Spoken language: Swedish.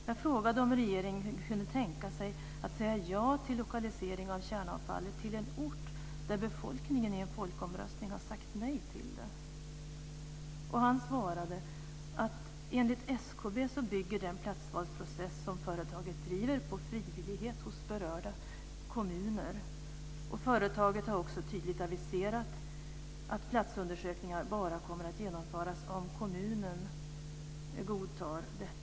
Jag frågade om regeringen kunde tänka sig att säga ja till lokalisering av kärnavfall till en ort där befolkningen i en folkomröstning har sagt nej till det. Han svarade att enligt SKB så bygger den platsvalsprocess som företaget driver på frivillighet hos berörda kommuner. Företaget har också tydligt aviserat att platsundersökningar bara kommer att genomföras om kommunen godtar det.